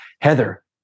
Heather